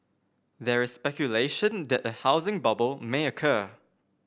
there is speculation that a housing bubble may occur